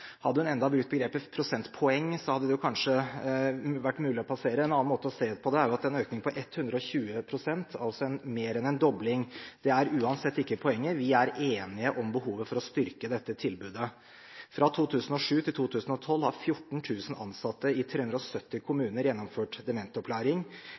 Hadde hun enda brukt begrepet «prosentpoeng», hadde det kanskje vært mulig å la det passere. En annen måte å se på det er at det er en økning på 120 pst., altså mer enn en dobling. Det er uansett ikke poenget; vi er enige om behovet for å styrke dette tilbudet. Fra 2007 til 2012 har 14 000 ansatte i 370